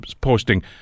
posting